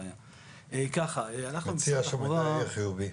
אני מציע שהמידע יהיה חיובי.